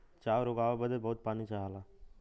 चाउर उगाए बदे बहुत पानी चाहला